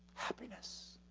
happiness.